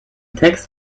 text